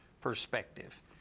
perspective